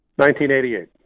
1988